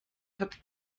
hat